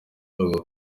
bavuga